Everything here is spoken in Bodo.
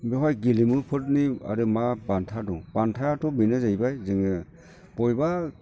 बेवहाय गेलेमुफोरनि आर मा बान्था दं बान्थायाथ' बेनो जाहैबाय जोङो बबेबा